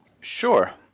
Sure